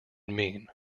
mean